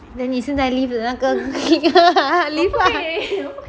then 你现在 leave 那个 clique lah leave lah